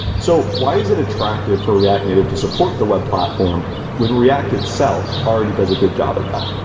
so why is it attractive for react native to support the web platform when react itself already does a good job at that?